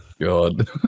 God